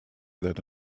that